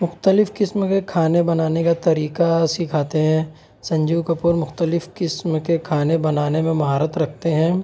مختلف قسم کے کھانے بنانے کا طریقہ سکھاتے ہیں سنجیو کپور مختلف قسم کے کھانے بنانے میں مہارت رکھتے ہیں